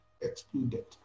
excluded